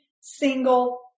single